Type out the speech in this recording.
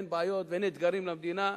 אין בעיות ואין אתגרים למדינה,